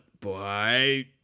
boy